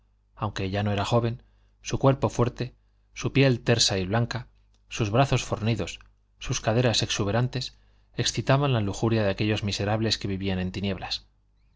aunque ya no era joven su cuerpo fuerte su piel tersa y blanca sus brazos fornidos sus caderas exuberantes excitaban la lujuria de aquellos miserables que vivían en tinieblas